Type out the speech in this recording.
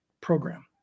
program